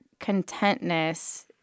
contentness